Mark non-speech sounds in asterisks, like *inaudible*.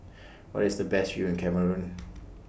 Where IS The Best View in Cameroon *noise*